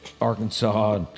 Arkansas